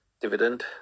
dividend